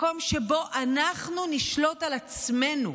מקום שבו אנחנו נשלוט על עצמנו,